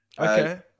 Okay